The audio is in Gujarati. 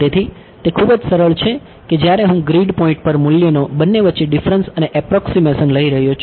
તેથી તે ખૂબ જ સરળ છે કે જ્યારે હું ગ્રીડ પોઇન્ટ પર મૂલ્યનો બંને વચ્ચે ડિફરન્સ અને એપ્રોક્સીમેશન લઈ રહ્યો છું